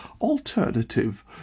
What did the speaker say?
alternative